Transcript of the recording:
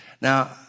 Now